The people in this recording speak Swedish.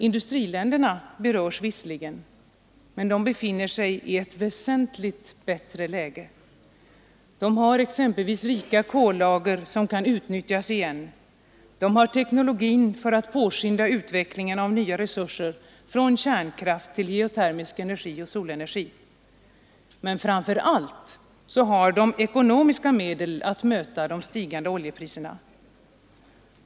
Industriländerna berörs visserligen, men de befinner sig i ett väsentligt bättre läge. De har exempelvis rika kollager som kan utnyttjas igen, de har teknologin för att påskynda utvecklingen av nya resurser från kärnkraft till geotermisk energi och solenergi. Men framför allt har de ekonomiska medel att möta de stigande oljepriserna.